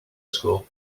score